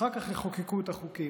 אחר כך יחוקקו את החוקים.